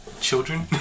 Children